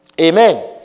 Amen